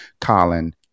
Colin